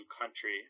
country